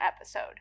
episode